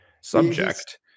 subject